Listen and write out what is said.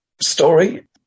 story